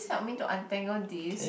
help me to untangle this